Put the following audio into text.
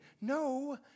No